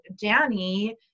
Danny